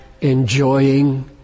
enjoying